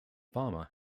farmer